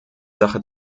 sache